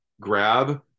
grab